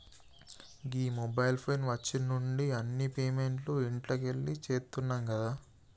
గీ mobile phone వచ్చిన్నుండి అన్ని పేమెంట్లు ఇంట్లకెళ్లే చేత్తున్నం గదా